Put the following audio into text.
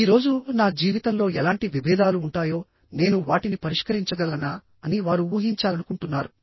ఈ రోజు నా జీవితంలో ఎలాంటి విభేదాలు ఉంటాయో నేను వాటిని పరిష్కరించగలనా అని వారు ఊహించాలనుకుంటున్నారు